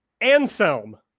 Anselm